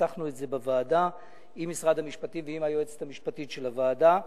וניסחנו את זה בוועדה עם משרד המשפטים ועם היועצת המשפטית של הוועדה.